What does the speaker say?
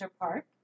Park